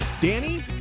Danny